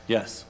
Yes